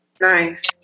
Nice